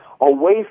away